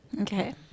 Okay